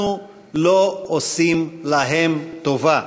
אנחנו לא עושים להם טובה.